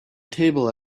table